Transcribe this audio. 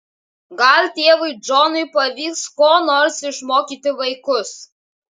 gal tėvui džonui pavyks ko nors išmokyti vaikus